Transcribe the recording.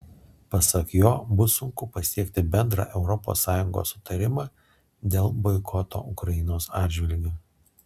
pasak jo bus sunku pasiekti bendrą europos sąjungos sutarimą dėl boikoto ukrainos atžvilgiu